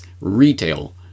retail